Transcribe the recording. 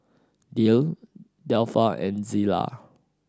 Dayle Delpha and Zela